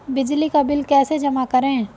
बिजली का बिल कैसे जमा करें?